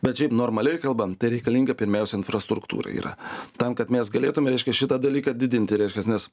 bet šiaip normaliai kalbant tai reikalinga pirmiausia infrastruktūra yra tam kad mes galėtume reiškia šitą dalyką didinti reiškias nes